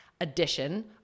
addition